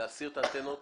להסיר את האנטנות.